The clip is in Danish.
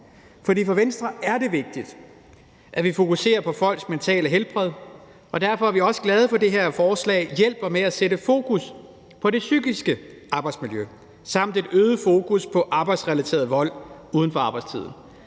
For for Venstre er det vigtigt, at vi fokuserer på folks mentale helbred, og derfor er vi også glade for, at det her forslag hjælper med at sætte fokus på det psykiske arbejdsmiljø, og at der er et øget fokus på arbejdsrelateret vold uden for arbejdstiden.